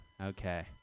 okay